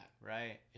right